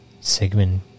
Sigmund